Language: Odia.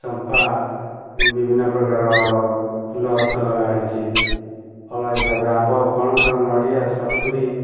ଚମ୍ପା ବିଭିନ୍ନ ପ୍ରକାରର ଫୁଲ ଗଛ ଲଗାହୋଇଛି ଫଳ ହିସାବରେ ଆମ୍ବ ପଣସ ନଡ଼ିଆ ସପୁରି